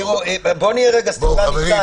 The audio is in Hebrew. הוא יכול לרדת ולהיפגש איתו למטה בחצר.